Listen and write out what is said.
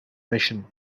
mission